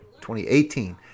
2018